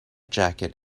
jacket